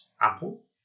Apple